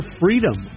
freedom